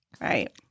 Right